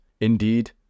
Indeed